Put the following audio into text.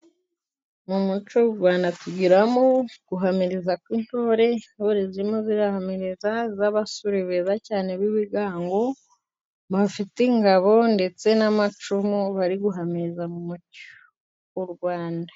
Mu muco w'Urwanda tugiramo guhamiriza kw'intore , intore zirimo zirahamiriza z'abasore beza cyane b'ibigango bafite ingabo ndetse n'amacumu bari guhamiriza mu muco w'Urwanda.